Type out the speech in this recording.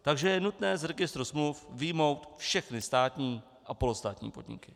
Takže je nutné z registru smluv vyjmout všechny státní a polostátní podniky.